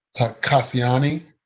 acathiani,